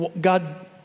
God